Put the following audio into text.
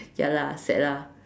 ya lah sad lah